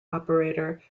operator